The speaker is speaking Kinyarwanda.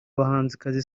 bahanzikazi